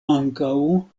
ankaŭ